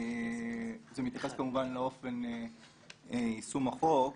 שמתייחסת כמובן לאופן יישום החוק.